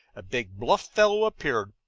a big, bluff fellow, appeared.